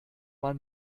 man